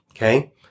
Okay